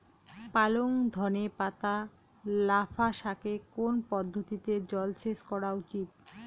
পালং ধনে পাতা লাফা শাকে কোন পদ্ধতিতে জল সেচ করা উচিৎ?